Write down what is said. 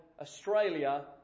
Australia